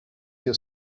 your